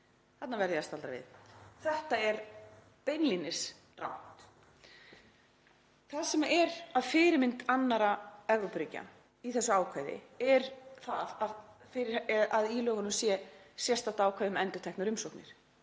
Þarna verð ég að staldra við. Þetta er beinlínis rangt. Það sem er að fyrirmynd annarra Evrópuríkja í þessu ákvæði er það að í lögunum sé sérstakt ákvæði um endurteknar umsóknir.